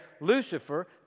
Lucifer